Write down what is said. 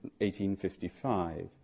1855